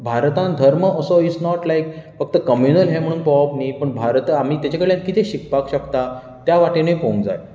भारतान धर्म असो इझ नॉट लायक फक्त कम्युनल हें म्हणून पळोवप न्ही पूण भारत आमी तेचें कडल्यान कितें शिकपाक शकता त्या वाटेनूय पोवंक जाय